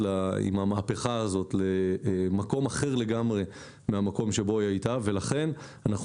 עם המהפכה הזאת למקום אחר לגמרי מהמקום בו היא הייתה ולכן אנחנו